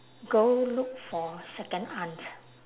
go look for second aunt